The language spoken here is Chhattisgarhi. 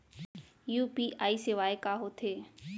यू.पी.आई सेवाएं का होथे?